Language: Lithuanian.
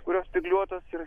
kurios spygliuotos ir